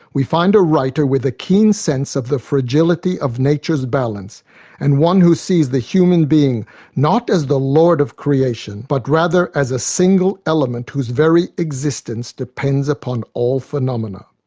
we find a writer with a keen sense of the fragility of nature's balance and one who sees the human being not as the lord of creation but rather as a single element whose very existence depends upon all phenomena.